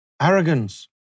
Arrogance